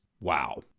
wow